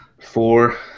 Four